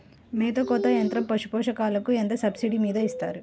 మేత కోత యంత్రం పశుపోషకాలకు ఎంత సబ్సిడీ మీద ఇస్తారు?